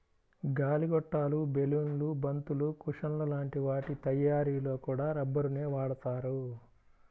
గాలి గొట్టాలు, బెలూన్లు, బంతులు, కుషన్ల లాంటి వాటి తయ్యారీలో కూడా రబ్బరునే వాడతారు